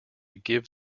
give